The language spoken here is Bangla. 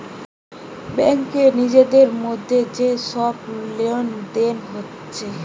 ব্যাংকে নিজেদের মধ্যে যে সব লেনদেন হচ্ছে